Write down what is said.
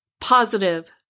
positive